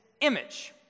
image